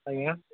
ଆଜ୍ଞା